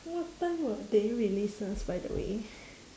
what time will they release us by the way